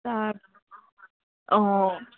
তাৰ অঁ